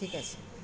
ঠিক আছে